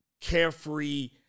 carefree